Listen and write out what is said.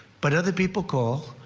but other people call.